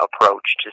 approach